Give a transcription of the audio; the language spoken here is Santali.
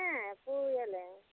ᱦᱮᱸ ᱯᱩᱭᱟᱞᱮ